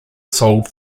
sold